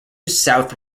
south